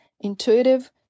intuitive